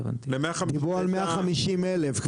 דיברו על 150 אלף.